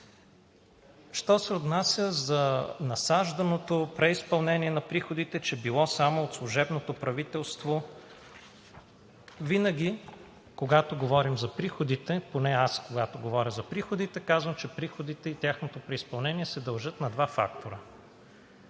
Що се отнася за насажданото преизпълнение на приходите, че било само от служебното правителство. Винаги, когато говорим за приходите, поне аз, когато говоря за приходите, казвам, че приходите и тяхното преизпълнение се дължат на два фактора: